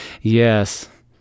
Yes